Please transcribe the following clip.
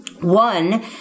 One